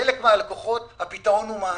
לחלק מהלקוחות הפתרון הוא מענק.